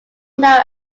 now